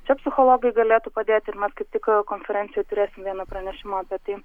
čia psichologai galėtų padėti ir mes kaip tik konferencijoj turėsim vieną pranešimą apie tai